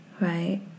right